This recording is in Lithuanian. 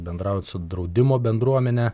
bendraut su draudimo bendruomene